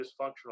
dysfunctional